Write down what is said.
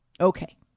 Okay